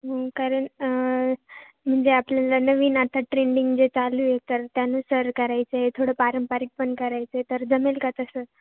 हो कारण म्हणजे आपल्याला नवीन आता ट्रेंडिंग जे चालू आहे तर त्यानुसार करायचं आहे थोडं पारंपरिक पण करायचं आहे तर जमेल का तसं